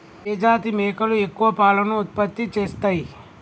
ఏ జాతి మేకలు ఎక్కువ పాలను ఉత్పత్తి చేస్తయ్?